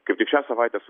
kaip tik šią savaitę